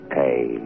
pay